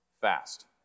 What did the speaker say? fast